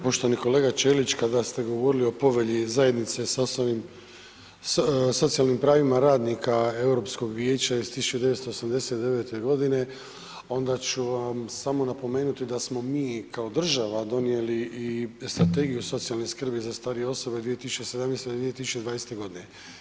Poštovani kolega Ćelić kada ste govorili o povelji zajednice …/nerazumljivo/… socijalnim pravima radnika Europskog vijeća iz 1989. godine onda ću vam samo napomenuti da smo mi kao država donijeli i strategiju socijalne skrbi za starije osobe 2017. do 2020. godine.